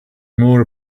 more